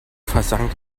versank